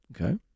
Okay